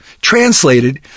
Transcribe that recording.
Translated